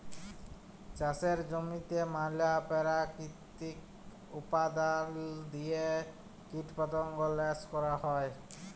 চাষের জমিতে ম্যালা পেরাকিতিক উপাদাল দিঁয়ে কীটপতঙ্গ ল্যাশ ক্যরা হ্যয়